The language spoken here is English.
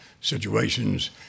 situations